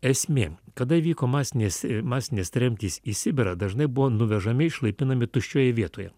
esmė kada įvyko masinės masinės tremtys į sibirą dažnai buvo nuvežami išlaipinami tuščioje vietoje